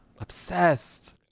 obsessed